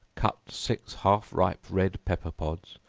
cut six half ripe red pepper pods,